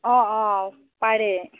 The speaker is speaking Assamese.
অঁ অঁ পাৰে